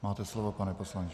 Máte slovo, pane poslanče.